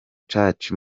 church